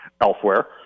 elsewhere